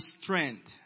strength